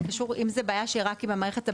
קשור, אם זו בעיה שהיא רק עם המערכת הבנקאית,